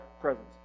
presence